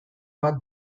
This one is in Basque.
bat